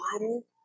water